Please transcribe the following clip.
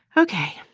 ok.